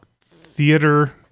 theater